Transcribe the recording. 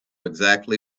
exactly